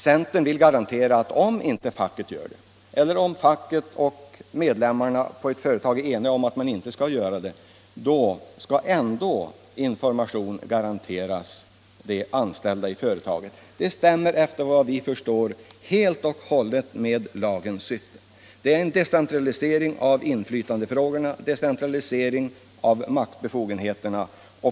Centern vill garantera att information lämnas till de anställda i företaget, även om facket inte utser förtroendeman eller om facket och medlemmarna på ett företag är eniga om att inte göra det. Det stämmer såvitt vi förstår helt och hållet med lagens syfte. Det är en decentralisering av inflytandefrågorna och av maktbefogenheterna.